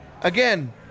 Again